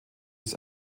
ist